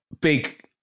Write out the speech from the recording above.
big